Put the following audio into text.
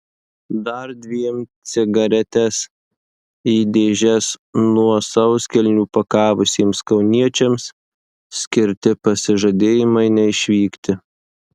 dar dviem cigaretes į dėžes nuo sauskelnių pakavusiems kauniečiams skirti pasižadėjimai neišvykti